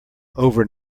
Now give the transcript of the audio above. over